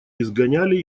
изгоняли